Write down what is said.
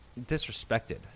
disrespected